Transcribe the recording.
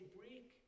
break